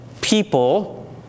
people